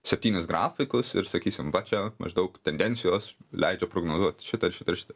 septynis grafikus ir sakysim va čia maždaug tendencijos leidžia prognozuot šitą ir šitą ir šitą